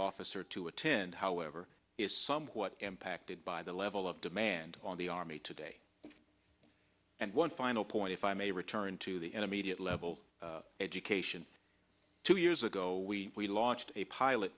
officer to attend however is somewhat impacted by the level of demand on the army today and one final point if i may return to the enemy at level education two years ago we launched a pilot